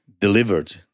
delivered